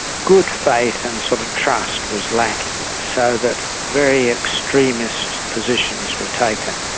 good faith and sort of trust was lacking, so that very extremist positions were taken.